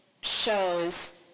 shows